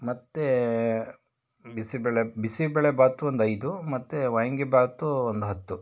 ಮತ್ತು ಬಿಸಿಬೇಳೆ ಬಿಸಿಬೇಳೆ ಭಾತ್ ಒಂದೈದು ಮತ್ತು ವಾಂಗಿಭಾತ್ ಒಂದು ಹತ್ತು